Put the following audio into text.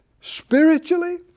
spiritually